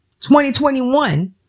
2021